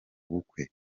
bukwe